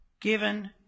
given